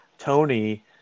Tony